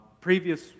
previous